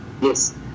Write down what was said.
Yes